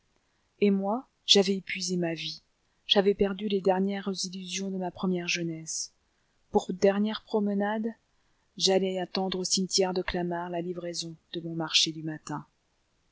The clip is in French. et moi j'avais épuisé ma vie j'avais perdu les dernières illusions de ma première jeunesse pour dernière promenade j'allais attendre au cimetière de clamart la livraison de mon marché du matin